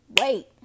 Wait